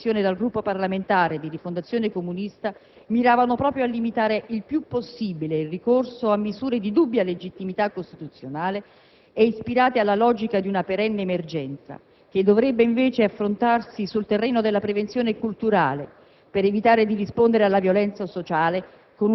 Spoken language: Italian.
In tal senso, gli emendamenti presentati in Commissione dal Gruppo parlamentare di Rifondazione Comunista miravano proprio a limitare il più possibile il ricorso a misure di dubbia legittimità costituzionale e ispirate alla logica di una «perenne emergenza», che dovrebbe invece affrontarsi sul terreno della prevenzione culturale,